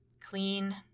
clean